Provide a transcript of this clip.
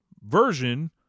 version